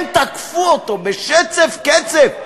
והם תקפו אותו בשצף קצף.